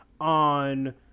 on